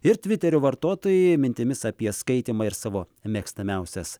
ir tviterio vartotojai mintimis apie skaitymą ir savo mėgstamiausias